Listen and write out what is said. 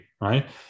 right